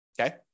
Okay